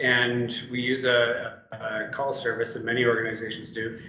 and we use a call service that many organizations do.